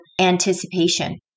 anticipation